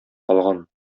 калган